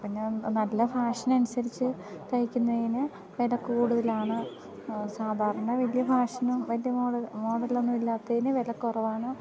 പിന്നെ നല്ല ഫാഷൻ അനുസരിച്ച് തയിക്കുന്നതിന് വില കൂടുതലാണ് സാധാരണ വലിയ ഫാഷനും വലിയ മോഡ മോഡലൊന്നും ഇല്ലാത്തതിന് വില കുറവാണ്